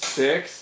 six